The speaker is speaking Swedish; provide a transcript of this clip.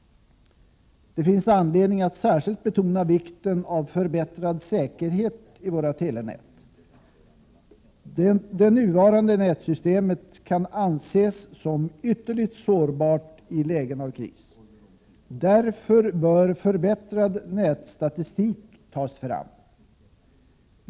Det finns anledning att särskilt betona vikten av förbättrad säkerhet i våra telenät. Det nuvarande nätsystemet kan anses som ytterligt sårbart i krislägen av kris. Därför bör förbättrad nätstatistik tas fram.